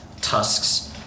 tusks